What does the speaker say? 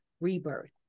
rebirth